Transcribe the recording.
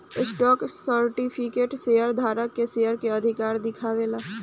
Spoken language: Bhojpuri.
स्टॉक सर्टिफिकेट शेयर धारक के शेयर के अधिकार दिखावे ला